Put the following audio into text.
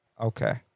Okay